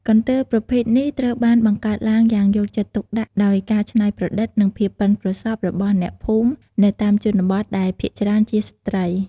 កន្ទេលប្រភេទនេះត្រូវបានបង្កើតឡើងយ៉ាងយកចិត្តទុកដាក់ ដោយការច្នៃប្រឌិត និងភាពប៉ិនប្រសប់របស់អ្នកភូមិនៅតាមជនបទ ដែលភាគច្រើនជាស្ត្រី។